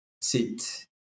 sit